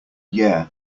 yeah